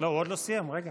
הוא עוד לא סיים, רגע.